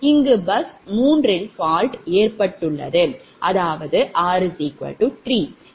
இங்கு பஸ் 3 இல் fault ஏற்பட்டுள்ளது அதாவது r 3